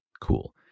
Cool